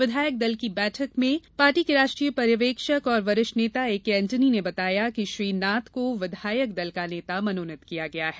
विधायक दल की बैठक में पार्टी के राष्ट्रीय पर्यवेक्षक और वरिष्ठ नेता एकेएन्टोनी ने बताया कि श्री नाथ को विधायक दल का नेता मनोनीत किया गया है